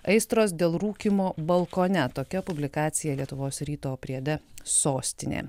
aistros dėl rūkymo balkone tokia publikacija lietuvos ryto priede sostinė